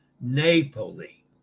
Napoli